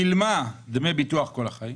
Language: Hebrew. שילמה דמי ביטוח כל החיים.